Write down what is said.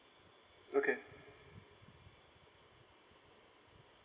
okay